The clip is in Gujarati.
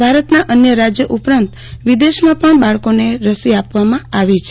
ભારતના અન્ય રાજ્યો ઉપરાંત વિદેશમાં પણ બાળકોને આપવામાં અાવી છે